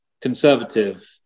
Conservative